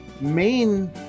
main